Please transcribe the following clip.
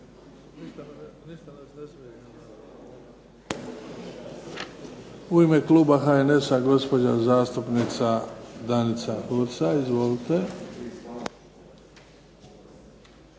U ime kluba HNS-a, gospođa zastupnica Danica Hursa. Izvolite.